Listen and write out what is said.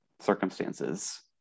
circumstances